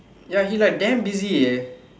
ya he like damn busy eh